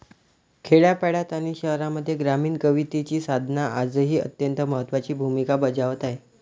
खेड्यापाड्यांत आणि शहरांमध्ये ग्रामीण कवितेची साधना आजही अत्यंत महत्त्वाची भूमिका बजावत आहे